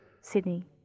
Sydney